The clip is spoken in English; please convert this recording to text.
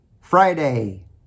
Friday